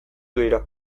dira